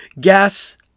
Gas